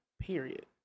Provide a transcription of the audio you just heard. period